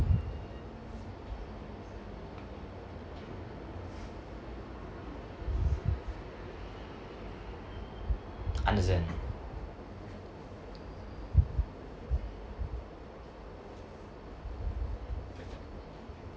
understand